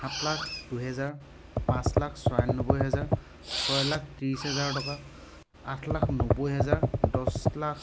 সাত লাখ দুহেজাৰ পাঁচ লাখ ছয়ানব্বৈ হাজাৰ ছয় লাখ ত্ৰিছ হেজাৰ টকা আঠ লাখ নব্বৈ হেজাৰ দহ লাখ